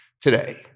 today